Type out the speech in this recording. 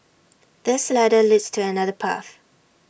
this ladder leads to another path